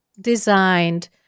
designed